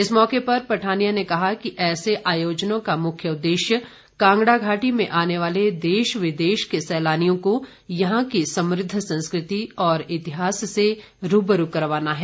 इस मौके पर पठानिया ने कहा कि ऐसे आयोजनों का मुख्य उद्देश्य कांगड़ा घाटी में आने वाले देश विदेश के सैलानियों को यहां की समृद्ध संस्कृति और इतिहास से रूबरू करवाना है